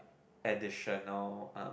additional um